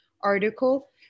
article